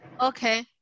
Okay